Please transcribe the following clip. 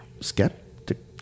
Skeptic